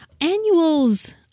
Annuals